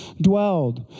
dwelled